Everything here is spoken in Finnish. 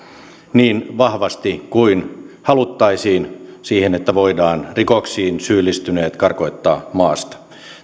niin vahvasti kuin haluttaisiin siihen että voidaan rikoksiin syyllistyneet karkottaa maasta